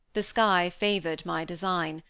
the sky favored my design,